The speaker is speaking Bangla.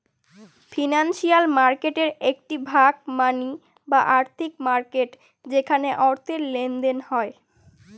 ফিনান্সিয়াল মার্কেটের একটি ভাগ মানি বা আর্থিক মার্কেট যেখানে অর্থের লেনদেন হয়